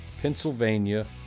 Pennsylvania